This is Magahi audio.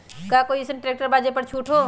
का कोइ अईसन ट्रैक्टर बा जे पर छूट हो?